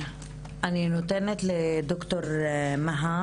בבקשה, ד"ר מהא